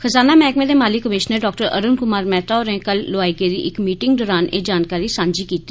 खजाना मैहकमे दे माली कमिशनर डाक्टर अरूण कुमार मेहता होरें कल लोआई गेदी इक मीटिंग दौरान एह् जानकारी सांझी कीती